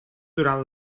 durant